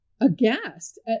Aghast